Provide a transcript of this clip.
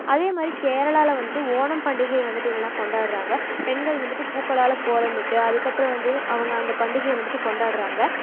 அதேமாதிரி கேரளாவில வந்துவிட்டு ஓணம் பண்டிகையை வந்துவிட்டு என்னென்னா கொண்டாடுறாங்க பெண்கள் வந்துவிட்டு பூக்களால் கோலமிட்டு அதுக்கப்புறம் வந்து அவங்க அந்த பண்டிகையை வந்துவிட்டு கொண்டாடுறாங்க